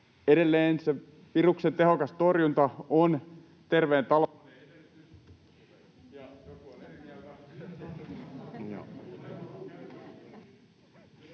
edelleen se viruksen tehokas torjunta on terveen talouden